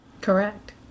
Correct